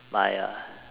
my uh